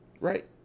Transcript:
Right